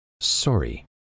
sorry